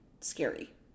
scary